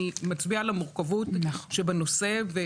אני מצביעה על המורכבות שבנושא.